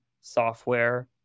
software